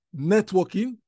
networking